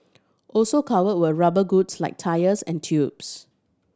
also cover were rubber goods like tyres and tubes